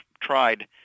tried